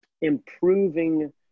improving